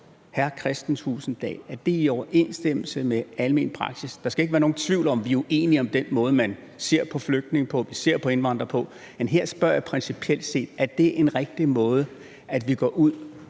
hr. Kristian Thulesen Dahl: Er det i overensstemmelse med almen praksis? Der skal ikke være nogen tvivl om, at vi er uenige om den måde, man ser på flygtninge på, og vi ser på indvandrere på, men her spørger jeg principielt set: Er det en rigtig måde, at vi går ud